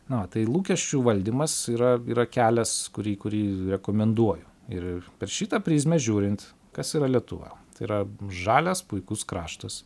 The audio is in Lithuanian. na tai lūkesčių valdymas yra yra kelias kurį kurį rekomenduoju ir per šitą prizmę žiūrint kas yra lietuva yra žalias puikus kraštas